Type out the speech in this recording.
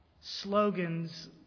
slogans